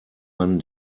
man